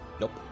Nope